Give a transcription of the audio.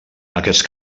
aquests